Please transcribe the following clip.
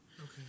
Okay